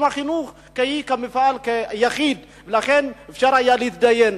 החינוך כמפעל יחיד ואז אפשר היה להתדיין.